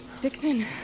Dixon